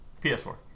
ps4